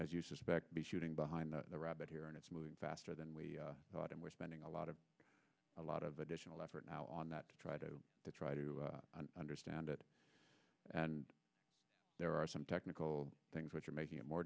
as you suspect be shooting behind the rabbit here and it's moving faster than we thought and we're spending a lot of a lot of additional effort now on that to try to to try to understand it and there are some technical things which are making it more